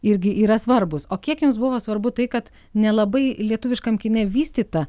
irgi yra svarbūs o kiek jiems buvo svarbu tai kad nelabai lietuviškam kine vystyta